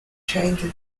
changes